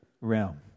realm